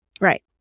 Right